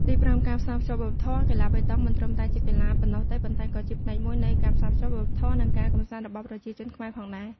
ទីប្រាំការផ្សារភ្ជាប់វប្បធម៌ កីឡាប៉េតង់មិនត្រឹមតែជាកីឡាប៉ុណ្ណោះទេ ប៉ុន្តែក៏ជាផ្នែកមួយនៃការផ្សារភ្ជាប់វប្បធម៌ និងការកម្សាន្តរបស់ប្រជាជនខ្មែរផងដែរ។